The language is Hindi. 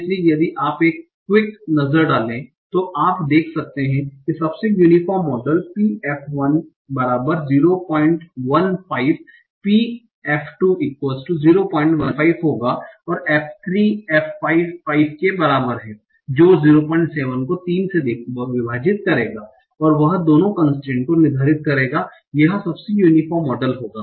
इसलिए यदि आप एक क्विक नज़र डालें तो आप देख सकते हैं कि सबसे uniform model P f 1 015 P f 2 015 होगा और f 3 f 5 f 5 के बराबर है जो 07 को 3 से विभाजित करेगा और वह दोनों कन्स्ट्रेन्ट को निर्धारित करेगा यह सबसे यूनीफोर्म मॉडल होगा